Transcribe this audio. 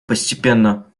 постепенно